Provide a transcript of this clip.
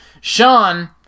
Sean